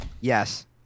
Yes